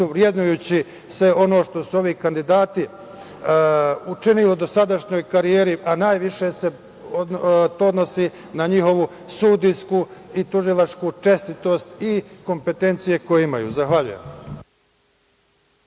vrednujući sve ono što su ovi kandidati učinili u dosadašnjoj karijeri, a najviše se to odnosi na njihovu sudijsku i tužilačku čestitost i kompetencije koje imaju. Zahvaljujem.